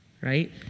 right